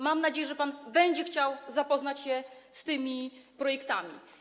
Mam nadzieję, że będzie pan chciał zapoznać się z tymi projektami.